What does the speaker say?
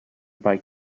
bike